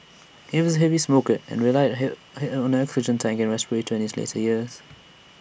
he was A heavy smoker and relied A Head head on an oxygen tank and respirator in his later years